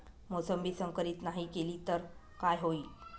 मोसंबी संकरित नाही केली तर काय होईल?